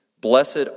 blessed